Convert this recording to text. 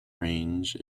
range